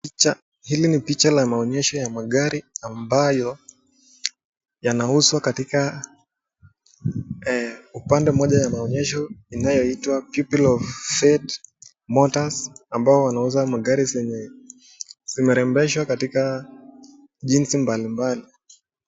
Picha, hili ni picha la maonyesho ya magari ambayo yanauzwa katika upande mmoja ya maonyesho inayoitwa People of Fate Motors[cs ]ambao wanauza magari zenye zimerembeshwa katika jinsi mbali mbali.